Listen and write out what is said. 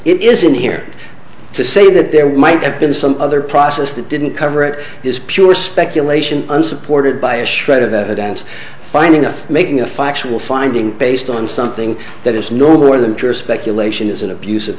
it isn't here to say that there might have been some other process that didn't cover it is pure speculation unsupported by a shred of evidence finding of making a factual finding based on something that is normal or that your speculation is an abus